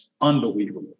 unbelievable